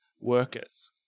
workers